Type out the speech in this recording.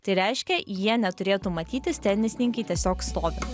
tai reiškia jie neturėtų matytis tenisininkei tiesiog stovint